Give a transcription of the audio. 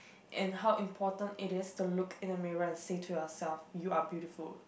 and how important it is to look at the mirror and say to yourself you are beautiful